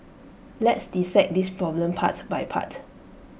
let's dissect this problem parts by part